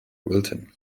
wilton